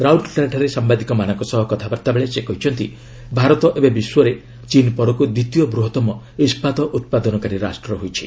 ରାଉରକେଲାଠାରେ ସାମ୍ବାଦିକମାନଙ୍କ ସହ କଥାବାର୍ତ୍ତା ବେଳେ ସେ କହିଛନ୍ତି ଭାରତ ଏବେ ବିଶ୍ୱରେ ଚୀନ୍ ପରକୁ ଦ୍ୱିତୀୟ ବୃହତ୍ତମ ଇସ୍କାତ ଉତ୍ପାଦନକାରୀ ରାଷ୍ଟ୍ର ହୋଇଛି